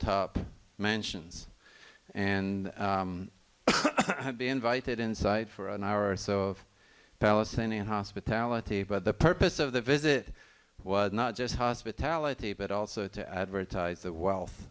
top mansions and be invited inside for an hour or so of palestinian hospitality by the purpose of the visit was not just hospitality but also to advertise the wealth